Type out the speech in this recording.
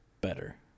better